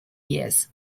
years